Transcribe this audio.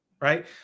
right